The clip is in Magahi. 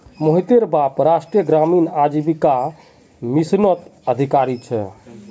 मोहितेर बाप राष्ट्रीय ग्रामीण आजीविका मिशनत अधिकारी छे